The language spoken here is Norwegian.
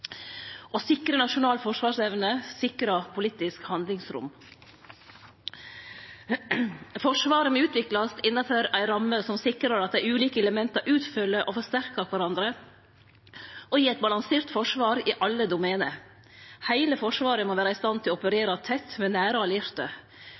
Å sikre nasjonal forsvarsevne sikrar politisk handlingsrom. Forsvaret må utviklast innanfor ei ramme som sikrar at dei ulike elementa utfyller og forsterkar kvarandre og gir eit balansert forsvar i alle domene. Heile Forsvaret må vere i stand til å